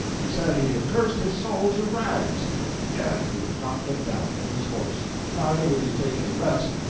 he said he had cursed his soul to rags and yet he would not get down from his horse, neither would he take any rest,